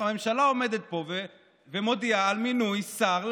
הממשלה עומדת פה ומודיעה על מינוי שר.